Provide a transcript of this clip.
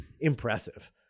impressive